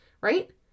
right